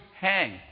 hang